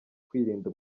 kurinda